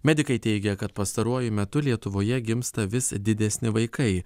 medikai teigia kad pastaruoju metu lietuvoje gimsta vis didesni vaikai